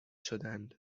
شدند